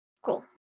Cool